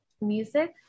music